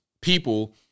people